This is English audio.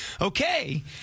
Okay